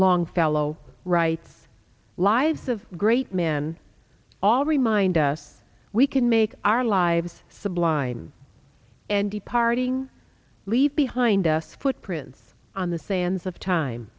longfellow writes lives of great men all remind us we can make our lives sublime and departing leave behind us footprints on the sands of time